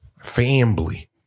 Family